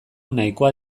nahikoa